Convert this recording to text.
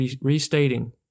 restating